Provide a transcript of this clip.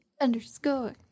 underscore